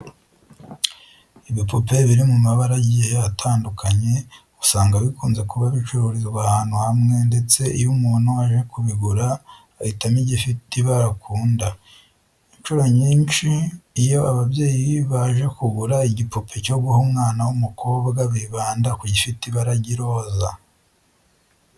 Ibipupe biri mu mabara agiye atandukanye, usanga bikunze kuba bicururizwa ahantu hamwe ndetse iyo umuntu aje kubigura ahitamo igifite ibara akunda. Inshuro nyinshi iyo ababyeyi baje kugura igipupe cyo guha umwana w'umukobwa bibanda ku gifite ibara ry'iroze.